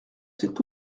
s’est